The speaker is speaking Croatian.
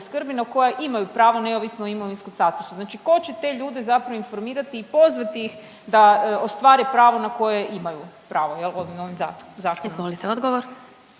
skrbi na koja imaju pravo neovisno o imovinskom statusu. Znači, tko će te ljude zapravo informirati i pozvati ih da ostvare pravo na koje imaju pravo, jel' ovim novim zakonom.